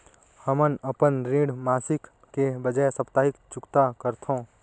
हमन अपन ऋण मासिक के बजाय साप्ताहिक चुकता करथों